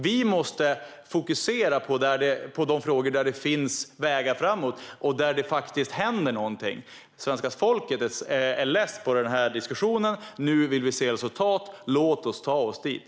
Vi måste fokusera på de frågor där det finns vägar framåt och där det faktiskt händer någonting. Svenska folket är less på den här diskussionen. Nu vill vi se resultat. Låt oss ta oss dit.